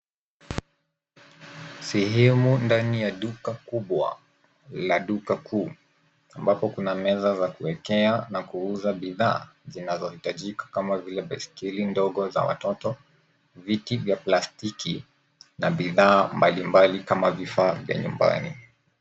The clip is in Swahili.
Sehemu ndani ya duka kubwa la duka kuu ambapo kuna meza za kuwekea na kuuza bidhaa zinazihitajika kama vile baiskeli ndogo za watoto, viti vya plastiki na bidhaa mbalimbali kama vifaa vya nyumbani.